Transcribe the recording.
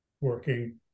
working